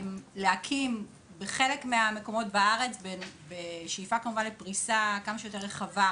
בחלק מהמקומות בארץ ובשאיפה לתפוצה כמה שיותר רחבה,